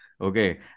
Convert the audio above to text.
Okay